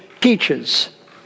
teaches